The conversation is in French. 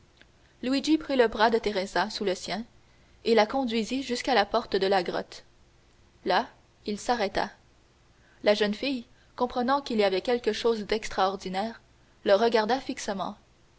prit le bras de teresa sous le sien et la conduisit jusqu'à la porte de la grotte là il s'arrêta la jeune fille comprenant qu'il y avait quelque chose d'extraordinaire le regarda fixement